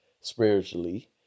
spiritually